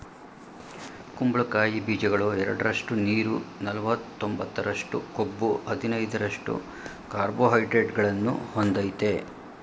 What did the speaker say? ಕುಂಬಳಕಾಯಿ ಬೀಜಗಳು ಎರಡರಷ್ಟು ನೀರು ನಲವತ್ತೊಂಬತ್ತರಷ್ಟು ಕೊಬ್ಬು ಹದಿನೈದರಷ್ಟು ಕಾರ್ಬೋಹೈಡ್ರೇಟ್ಗಳನ್ನು ಹೊಂದಯ್ತೆ